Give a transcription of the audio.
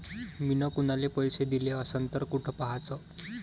मिन कुनाले पैसे दिले असन तर कुठ पाहाचं?